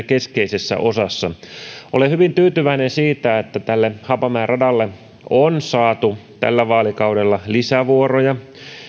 keskeisessä osassa olen hyvin tyytyväinen siitä että tälle haapamäen radalle on saatu tällä vaalikaudella lisävuoroja